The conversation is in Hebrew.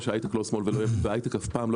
כמו שהיי-טק לא שמאל ולא ימין והיי-טק אף פעם לא